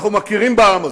אנחנו מכירים בעם הזה,